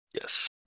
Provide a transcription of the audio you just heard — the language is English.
Yes